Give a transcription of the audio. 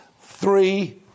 Three